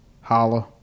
Holla